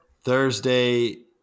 Thursday